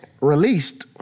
released